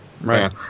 Right